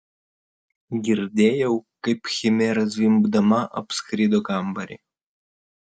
girdėjau kaip chimera zvimbdama apskrido kambarį